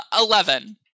Eleven